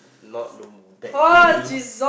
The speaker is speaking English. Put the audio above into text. not the bad things